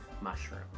mushroom